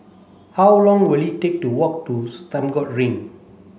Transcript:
how long will it take to walk to Stagmont Ring